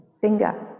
finger